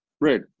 Right